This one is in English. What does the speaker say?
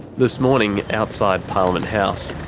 this morning outside parliament house,